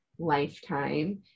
lifetime